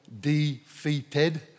defeated